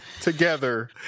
together